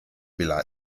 villa